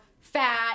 fat